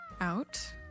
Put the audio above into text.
out